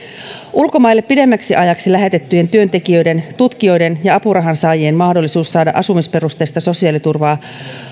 ulkomaille pidemmäksi ajaksi lähetettyjen työntekijöiden tutkijoiden ja apurahansaajien mahdollisuus saada asumisperusteista sosiaaliturvaa